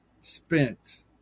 spent